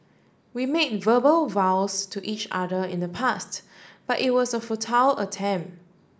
we made verbal vows to each other in the past but it was a futile attempt